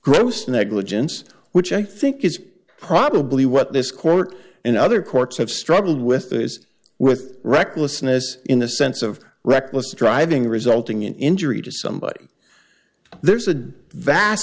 gross negligence which i think is probably what this court and other courts have struggled with is with recklessness in the sense of reckless driving resulting in injury to somebody there's a vast